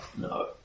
no